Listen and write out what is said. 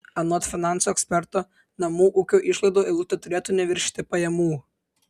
anot finansų eksperto namų ūkio išlaidų eilutė turėtų neviršyti pajamų